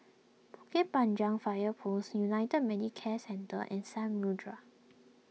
Bukit Panjang Fire Post United Medicare Centre and Samudera